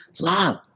love